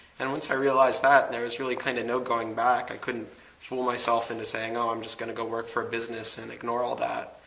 and once i realized that, there was really kind of no going back. i couldn't fool myself into saying, oh, i'm just going to go work for a business and ignore all that.